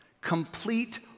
Complete